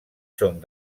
són